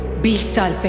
be so